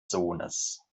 sohnes